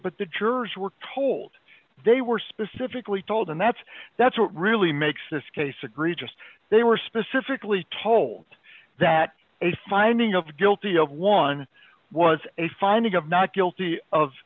but the jurors were told they were specifically told and that's that's what really makes this case agree just they were specifically told that a finding of guilty of one was a finding of not guilty of